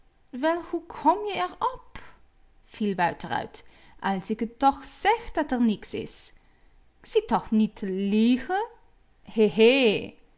wel hoe kom je er op viel wouter uit als ik toch zeg dat r niks is k zit toch niet te